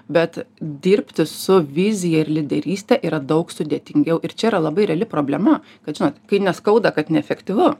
bet dirbti su vizija ir lyderyste yra daug sudėtingiau ir čia yra labai reali problema kad žinot kai neskauda kad neefektyvu